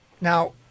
Now